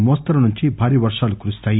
మోస్తరు నుంచి భారీ వర్షాలు కురుస్తాయి